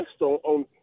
on